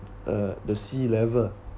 uh the sea level